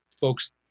folks